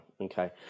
okay